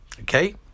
Okay